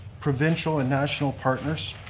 provincial and national partners,